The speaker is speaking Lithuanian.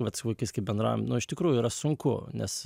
vat su vaikais kai bendram nuo iš tikrųjų yra sunku nes